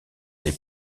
des